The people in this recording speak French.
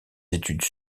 études